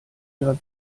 ihrer